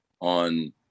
on